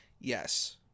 Yes